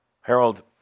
Harold